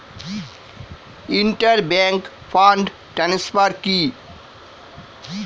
Inter bank fund transfer কি?